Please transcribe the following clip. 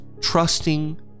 trusting